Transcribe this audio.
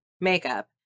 makeup